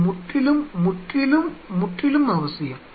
இது முற்றிலும் முற்றிலும் முற்றிலும் அவசியம்